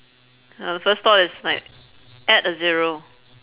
uh the first thought is like add a zero